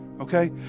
Okay